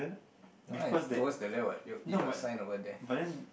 no ah it's towards the left what you you got sign the word there